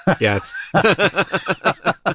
Yes